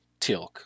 Tilk